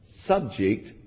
subject